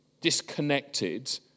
disconnected